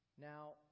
Now